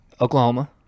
Oklahoma